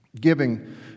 giving